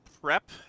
prep